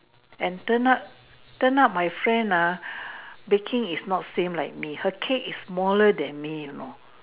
and turn out turn out my friend ah baking is not same like me her cake is smaller than me you know